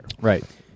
Right